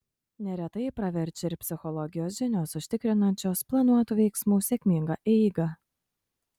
neretai praverčia ir psichologijos žinios užtikrinančios planuotų veiksmų sėkmingą eigą